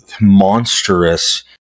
monstrous